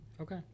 Okay